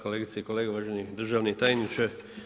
Kolegice i kolege, uvaženi državni tajniče.